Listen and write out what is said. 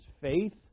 faith